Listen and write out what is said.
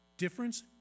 difference